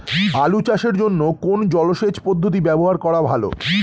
আলু চাষের জন্য কোন জলসেচ পদ্ধতি ব্যবহার করা ভালো?